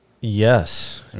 Yes